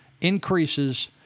increases